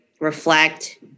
reflect